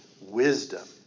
wisdom